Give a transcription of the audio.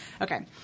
Okay